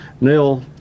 Neil